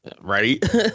Right